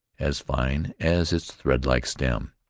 as fine as its thread-like stem,